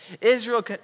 Israel